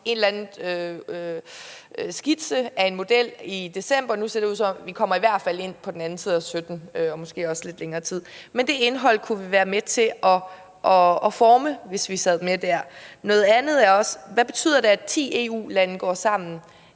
en eller anden skitse til en model i december. Nu ser det ud til, at det i hvert fald bliver på den anden side af 2017 og måske senere. Men det indhold kunne vi være med til at forme, hvis vi sad med der. Noget andet: Hvad betyder det, at ti EU-lande går sammen?